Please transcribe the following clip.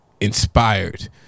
inspired